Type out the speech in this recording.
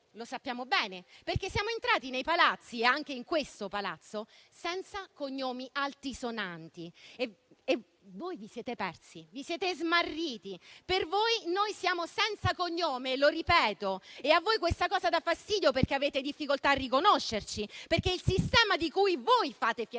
conosciamo bene le ragioni; siamo entrati nei Palazzi, anche in questo Palazzo, senza cognomi altisonanti e voi vi siete persi, vi siete smarriti. Per voi noi siamo senza cognome - lo ripeto - e a voi questa cosa dà fastidio perché avete difficoltà a riconoscerci, perché il sistema di cui voi fate fieramente